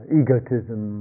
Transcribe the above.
egotism